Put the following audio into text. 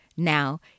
Now